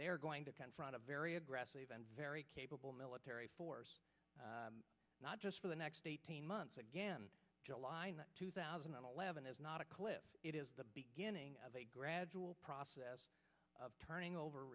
they're going to confront a very aggressive and very capable military force not just for the next eighteen months again july two thousand and eleven is not a cliff it is the beginning of a gradual process of turning over